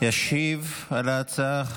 ישיב על ההצעה